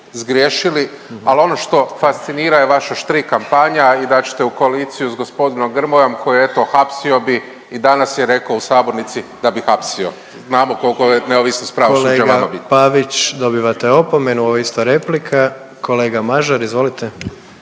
al ono što fascinira je vaša štrik kampanja i da ćete u koaliciju s gospodinom Grmojom, koji eto hapsio bi i danas je reko u sabornici da bi hapsio. Znamo koliko je neovisnost pravosuđa vama bitna. **Jandroković, Gordan (HDZ)** Kolega Pavić dobivate opomenu, ovo je isto replika. Kolega Mažar izvolite.